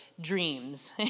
dreams